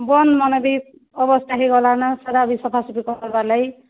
ବନମାନେ ବି ଅବସ୍ଥା ହେଇଗଲାନ ସେରା ବି ସଫା ସଫି କରିବାର୍ ଲାଗି